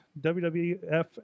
WWF